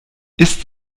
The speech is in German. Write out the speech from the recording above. ist